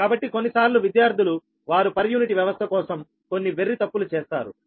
కాబట్టి కొన్నిసార్లు విద్యార్థులు వారు పర్ యూనిట్ వ్యవస్థ కోసం కొన్ని వెర్రి తప్పులు చేస్తారు